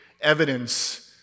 evidence